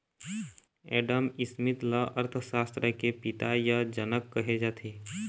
Adam Smith ल अर्थसास्त्र के पिता य जनक कहे जाथे